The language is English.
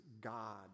God